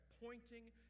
pointing